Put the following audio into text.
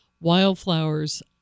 wildflowers